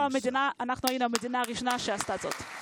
המדינה הראשונה שעשתה זאת.